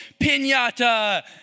pinata